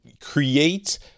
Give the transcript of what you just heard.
create